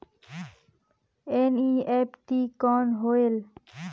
NEFT कौन होएल?